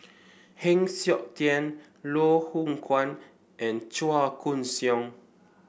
Heng Siok Tian Loh Hoong Kwan and Chua Koon Siong